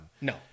No